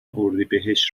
اردیبهشت